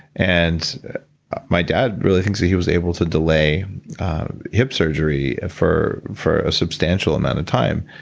and my dad really thinks he was able to delay hip surgery for for a substantial amount of time.